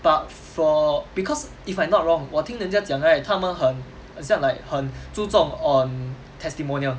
but for because if I'm not wrong 我听人家讲 right 他们很很像 like 很注重 on testimonial